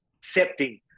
accepting